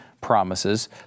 promises